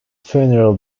funeral